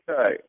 Okay